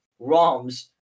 roms